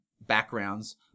backgrounds